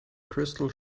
crystal